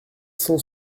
cent